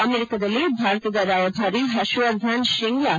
ಅಮೆರಿಕದಲ್ಲಿ ಭಾರತದ ರಾಯಭಾರಿ ಪರ್ಷ ವರ್ಧನ್ ಶ್ರಿಂಗ್ಲಾ